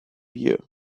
year